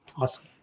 awesome